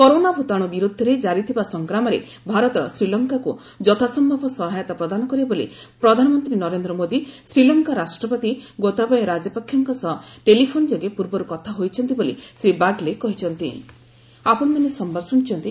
corona ଭୂତାଣୁ ବିରୁଦ୍ଧରେ ଜାରିଥିବା ସଂଗ୍ରାମରେ ଭାରତ ଶ୍ରୀଲଙ୍କାକୁ ଯଥାସମ୍ଭବ ସହାୟତା ପ୍ରଦାନ କରିବ ବୋଲି ପ୍ରଧାନମନ୍ତ୍ରୀ ନରେନ୍ଦ୍ର ମୋଦି ଶ୍ରୀଲଙ୍କା ରାଷ୍ଟ୍ରପତି ଗୋତାବୟ ରାଜପକ୍ଷଙ୍କ ସହ ଟେଲିଫୋନ୍ ଯୋଗେ ପୂର୍ବରୁ କଥା ହୋଇଛନ୍ତି ବୋଲି ଶ୍ରୀ ବାଗ୍ଲେ କହିଚ୍ଛନ୍ତି